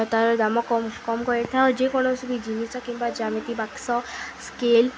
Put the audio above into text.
ତାର ଦାମ କମ୍ କମ୍ କରିଥାଏ ଯେକୌଣସି ବି ଜିନିଷ କିମ୍ବା ଜ୍ୟାମିତି ବାକ୍ସ ସ୍କେଲ୍